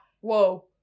whoa